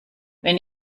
wenn